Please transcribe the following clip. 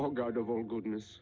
oh god oh goodness